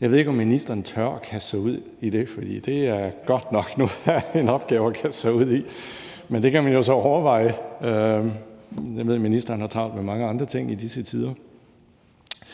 Jeg ved ikke, om ministeren tør kaste sig ud i det, for det er godt nok noget af en opgave at kaste sig ud i, men det kan man jo så overveje – jeg ved, at ministeren har travlt med mange andre ting i disse tider.